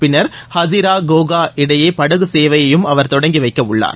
பின்னர் ஹாசிரா கோஹா இடையே படகு சேவையையும் அவர் தொடங்கி வைக்க உள்ளார்